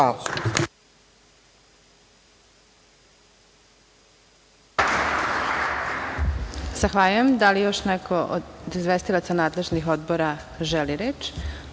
Hvala.